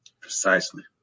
Precisely